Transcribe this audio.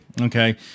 Okay